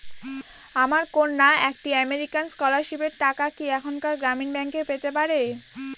আমার কন্যা একটি আমেরিকান স্কলারশিপের টাকা কি এখানকার গ্রামীণ ব্যাংকে পেতে পারে?